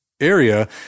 area